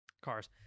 cars